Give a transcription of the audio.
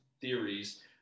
theories